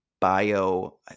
bio